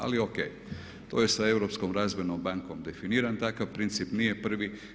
Ali O.K, to je sa Europskom razvojnom bankom definiran takav princip, nije prvi.